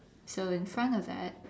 so in front of that